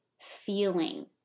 feeling